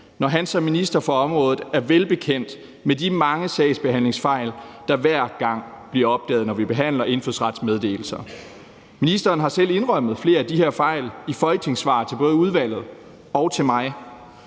når han som minister for området er velbekendt med de mange sagsbehandlingsfejl, der hver gang bliver opdaget, når vi behandler indfødsretsmeddelelser? Ministeren har selv indrømmet flere af de her fejl i folketingssvar til både udvalget og til mig.